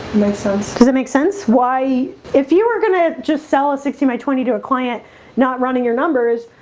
makes sense. does it make sense? why if you were gonna just sell a sixteen by twenty to a client not running your numbers?